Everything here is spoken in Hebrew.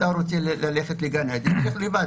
אתה רוצה ללכת לגן עדן אז תלך לבד,